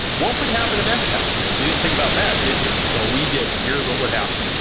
what would happen if x happened? you didn't think about that, did you? well, we did. and here's what would happen,